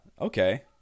Okay